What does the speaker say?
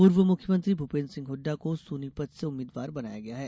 पूर्व मुख्यमंत्री भूपेंद्र सिंह हुड्डा को सोनीपत से उम्मीदवार बनाया गया है